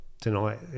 tonight